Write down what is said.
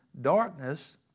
darkness